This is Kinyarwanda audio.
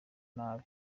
nabi